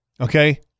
okay